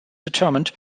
determined